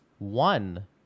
one